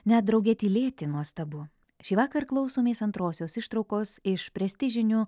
net drauge tylėti nuostabu šįvakar klausomės antrosios ištraukos iš prestižinio